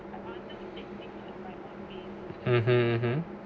mmhmm